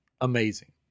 amazing